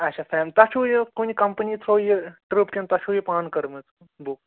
اَچھا فیم تۄہہِ چھُو یہِ کُنہِ کٔمپٔنی تھرٛوٗ یہِ ٹرٛپ کِنہٕ تۄہہِ چھُو یہِ پانہٕ کٔرمٕژ بُک